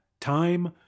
Time